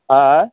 আ